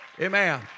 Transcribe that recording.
Amen